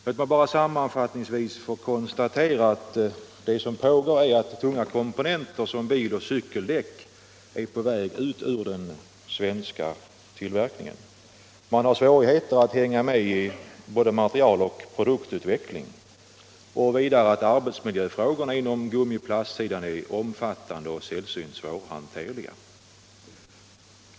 Låt mig bara sammanfattningsvis konstatera att tunga komponenter som biloch cykeldäck är på väg ut ur den svenska tillverkningen. Man har svårigheter att hänga med när det gäller både materialoch produktutveckling. Vidare är arbetsmiljöfrågorna på gummioch plastsidan omfattande och sällsynt svårhanterliga.